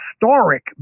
historic